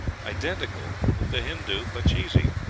identical with the hindoo pachisi,